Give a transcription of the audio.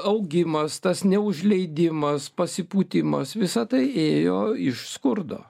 augimas tas neužleidimas pasipūtimas visa tai ėjo iš skurdo